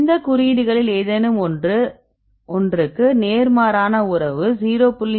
இந்த குறியீடுகளில் ஏதேனும் ஒன்றுக்கு நேர்மாறான உறவு 0